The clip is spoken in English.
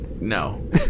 no